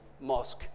mosque